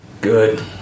Good